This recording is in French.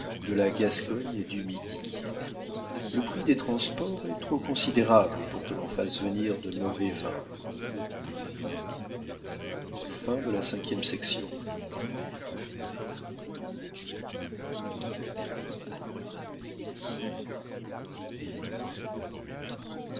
de la gascogne et du midi le prix des transports est trop considérable pour que l'on fasse venir de mauvais vins